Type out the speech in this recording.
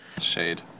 Shade